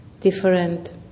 different